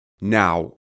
Now